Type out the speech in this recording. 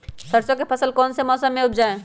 सरसों की फसल कौन से मौसम में उपजाए?